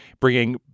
bringing